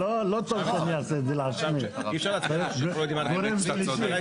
שאני לא רוצה לאכזב אותך אבל חיזוק מבנים לא קשור לחוק שאתה הולך